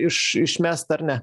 iš išmest ar ne